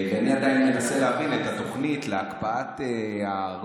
ואני עדיין מנסה להבין את התוכנית להקפאת הארנונה,